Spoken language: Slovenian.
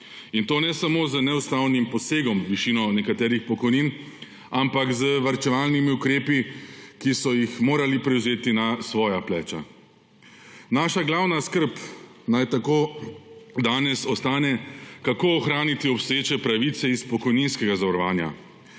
In to ne samo z neustavnim posegom v višino nekaterih pokojnin, ampak tudi z varčevalnimi ukrepi, ki so jih morali prevzeti na svoja pleča. Naša glavna skrb naj tako danes ostane, kako ohraniti obstoječe pravice iz pokojninskega zavarovanja.